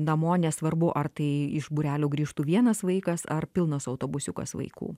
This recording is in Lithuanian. namo nesvarbu ar tai iš būrelių grįžtų vienas vaikas ar pilnas autobusiukas vaikų